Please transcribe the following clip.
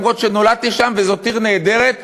למרות שנולדתי שם וזאת עיר נהדרת,